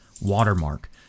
watermark